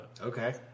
Okay